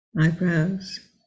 eyebrows